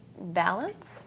Balance